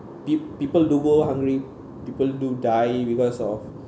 peo~ people do go hungry people do die because of